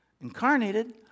incarnated